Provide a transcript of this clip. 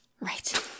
Right